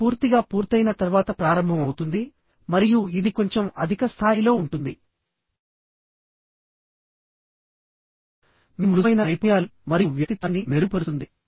ఇది పూర్తిగా పూర్తయిన తర్వాత ప్రారంభమవుతుంది మరియు ఇది కొంచెం అధిక స్థాయిలో ఉంటుంది మీ మృదువైన నైపుణ్యాలు మరియు వ్యక్తిత్వాన్ని మెరుగుపరుస్తుంది